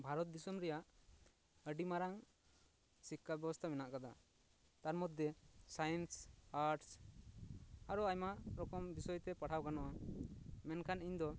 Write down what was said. ᱵᱷᱟᱨᱚᱛ ᱫᱤᱥᱚᱢ ᱨᱮᱭᱝ ᱟᱹᱰᱤ ᱢᱟᱨᱟᱝ ᱥᱤᱠᱠᱷᱟ ᱵᱮᱵᱚᱛᱷᱟ ᱢᱮᱱᱟᱜ ᱟᱠᱟᱫᱟ ᱛᱟᱨ ᱢᱚᱫᱷᱮ ᱥᱟᱭᱮᱱᱥ ᱟᱴᱥ ᱟᱨᱚ ᱟᱭᱢᱟ ᱨᱚᱠᱚᱢ ᱵᱤᱥᱳᱭ ᱛᱮ ᱯᱟᱲᱦᱟᱣ ᱜᱟᱱᱚᱜᱼᱟ ᱢᱮᱱᱠᱷᱟᱱ ᱤᱧ ᱫᱚ